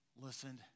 listened